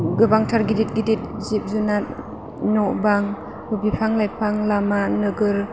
गोबांथार गिदिद गिदिद जिब जुनार न' बां बिफां लाइफां लामा नोगोर